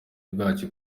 bwacyo